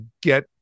get